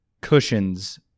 cushions